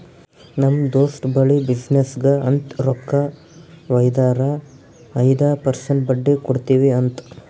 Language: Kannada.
ನಮ್ ದೋಸ್ತ್ ಬಲ್ಲಿ ಬಿಸಿನ್ನೆಸ್ಗ ಅಂತ್ ರೊಕ್ಕಾ ವೈದಾರ ಐಯ್ದ ಪರ್ಸೆಂಟ್ ಬಡ್ಡಿ ಕೊಡ್ತಿವಿ ಅಂತ್